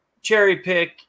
cherry-pick